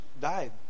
died